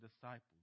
disciples